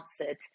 answered